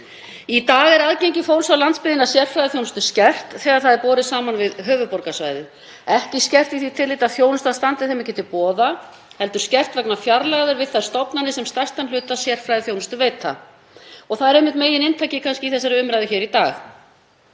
Í dag er aðgengi fólks af landsbyggðinni að sérfræðiþjónustu skert þegar það er borið saman við höfuðborgarsvæðið. Ekki skert í því tilliti að þjónustan standi þeim ekki til boða heldur skert vegna fjarlægðar frá þeim stofnunum sem stærstan hluta sérfræðiþjónustu veita. Og það er einmitt megininntakið í þessari umræðu hér í dag.